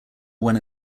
when